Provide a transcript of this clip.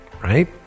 right